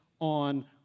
on